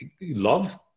love